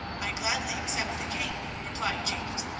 i gladly accept the cane, replied james,